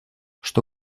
что